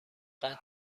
قطع